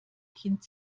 kind